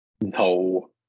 No